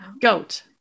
Goat